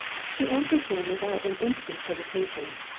she answered him without an instant's hesitation,